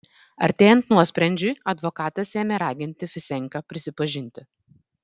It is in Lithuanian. artėjant nuosprendžiui advokatas ėmė raginti fisenką prisipažinti